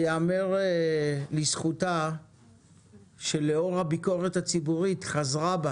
ייאמר לזכותה שלאור הביקורת הציבורית היא חזרה בה